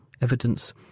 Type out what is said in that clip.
evidence